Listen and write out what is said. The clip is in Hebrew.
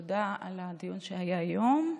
תודה על הדיון שהיה היום,